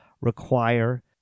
require